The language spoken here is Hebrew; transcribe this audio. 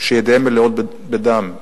שידיהם מלאות בדם,